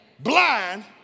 Blind